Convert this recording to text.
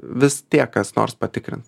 vis tiek kas nors patikrins